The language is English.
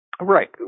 right